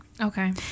Okay